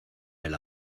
del